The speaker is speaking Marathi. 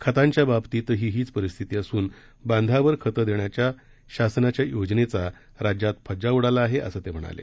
खतांच्या बाबतीतही हीच परिस्थिती असून बांधावर खतं देण्याच्या शासनाच्या योजनेचा राज्यात फज्जा उडाला आहे असं ते म्हणाले